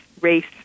race